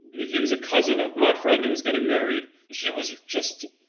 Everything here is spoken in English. he was a cousin of my friend who was getting married. he was just.